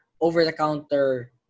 over-the-counter